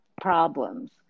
problems